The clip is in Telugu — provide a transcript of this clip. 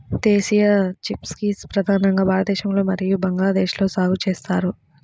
దేశీయ చిక్పీస్ ప్రధానంగా భారతదేశం మరియు బంగ్లాదేశ్లో సాగు చేస్తారు